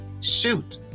shoot